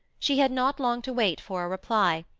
she had not long to wait for a reply,